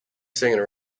singing